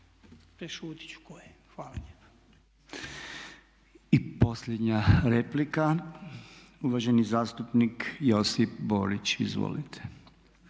Robert (MOST)** I posljednja replika, uvaženi zastupnik Josip Borić. Izvolite.